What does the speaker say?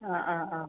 ആ ആ ആ